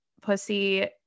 pussy